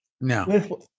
no